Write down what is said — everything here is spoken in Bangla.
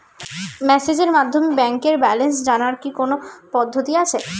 মেসেজের মাধ্যমে ব্যাংকের ব্যালেন্স জানার কি কোন পদ্ধতি আছে?